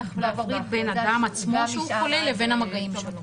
צריך להפריד בין אדם עצמו שהוא חולה לבין המגעים שלו.